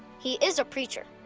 he is a preacher.